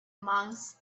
months